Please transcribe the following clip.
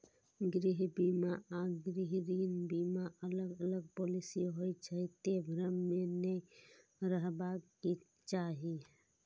गृह बीमा आ गृह ऋण बीमा अलग अलग पॉलिसी होइ छै, तें भ्रम मे नै रहबाक चाही